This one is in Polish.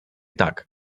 tak